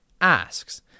asks